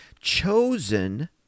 chosen